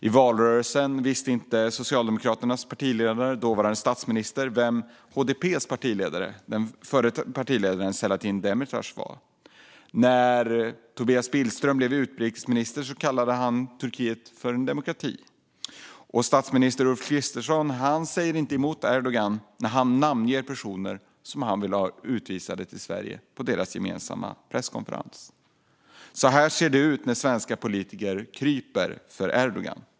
I valrörelsen visste inte Socialdemokraternas partiledare, den dåvarande statsministern, vem HDP:s förre partiledare Selahattin Demirtas var. När Tobias Billström blev utrikesminister kallade han Turkiet för en demokrati. Statsminister Kristersson säger inte emot Erdogan när han på deras gemensamma presskonferens namnger personer som han vill ha utvisade ur Sverige. Så ser det ut när svenska politiker kryper för Erdogan.